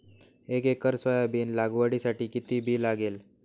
एक acre soybean लागवडीसाठी किती बी लागेल?